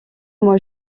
moi